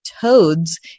toads